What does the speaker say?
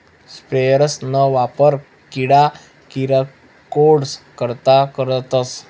sprayers ना वापर किडा किरकोडस करता करतस